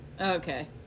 Okay